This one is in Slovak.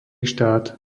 štát